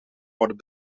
worden